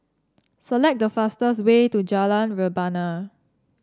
select the fastest way to Jalan Rebana